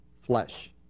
flesh